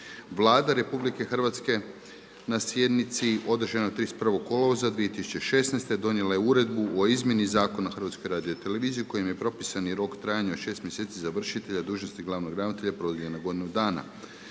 Vlada RH na sjednici održanoj 31. kolovoza 2016. donijela je uredbu o izmjeni Zakona o HRT-u kojem je propisani rok trajanja od šest mjeseci za vršitelja dužnosti glavnog ravnatelja produljena na godinu dana,